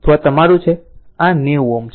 તો આ તમારું છે આ 90 Ω છે